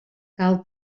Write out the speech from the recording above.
cal